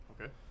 Okay